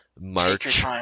March